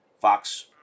Fox